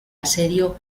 asedio